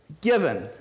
Given